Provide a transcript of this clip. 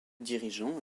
dirigeant